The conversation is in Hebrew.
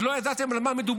עוד לא ידעתם על מה מדובר,